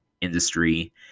industry